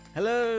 Hello